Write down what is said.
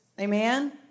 amen